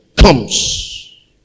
comes